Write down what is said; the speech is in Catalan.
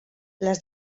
les